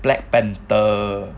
black panther